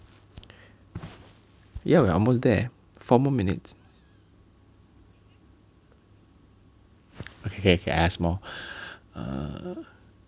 ya we are almost there four more minutes okay kay I ask more uh